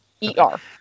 E-R